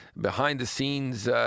behind-the-scenes